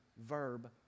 verb